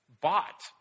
bought